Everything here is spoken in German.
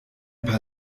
paar